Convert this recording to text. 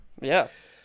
Yes